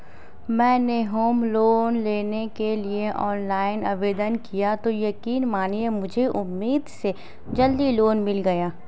मैंने home loan लेने के लिए ऑनलाइन आवेदन किया तो यकीन मानिए मुझे उम्मीद से जल्दी लोन मिल गया